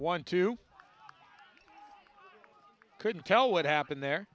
want to couldn't tell what happened there